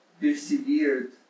persevered